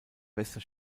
bester